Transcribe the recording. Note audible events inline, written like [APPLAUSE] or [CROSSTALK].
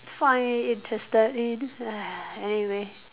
find interested in [BREATH] anyway